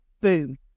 Boom